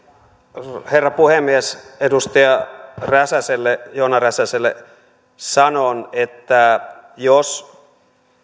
arvoisa herra puhemies edustaja joona räsäselle sanon että jos